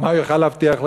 מה הוא יכול להבטיח להם?